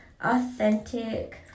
authentic